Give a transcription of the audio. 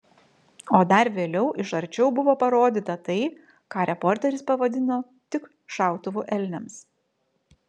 o dar vėliau iš arčiau buvo parodyta tai ką reporteris pavadino tik šautuvu elniams